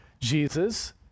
Jesus